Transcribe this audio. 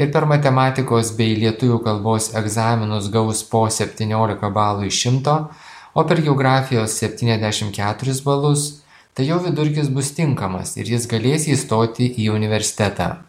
ir per matematikos bei lietuvių kalbos egzaminus gaus po septyniolika balų iš šimto o per geografijos septyniasdešim keturis balus tai jo vidurkis bus tinkamas ir jis galės įstoti į universitetą